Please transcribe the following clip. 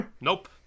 Nope